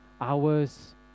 hours